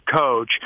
coach